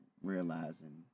realizing